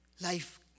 Life